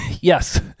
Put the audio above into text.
Yes